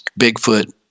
Bigfoot